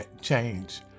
change